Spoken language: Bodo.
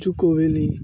जुख' भेलि